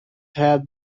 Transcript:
had